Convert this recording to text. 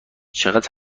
چقدر